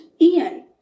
Ian